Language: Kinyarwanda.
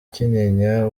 kinyinya